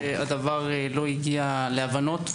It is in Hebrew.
שהדבר לא הגיע להבנות.